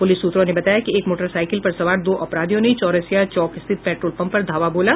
police सूत्रों ने बताया कि एक मोटरसाइकिल पर सवार दो अपराधियों ने चौरसिया चौक स्थित पेट्रोल पंप पर धावा बोला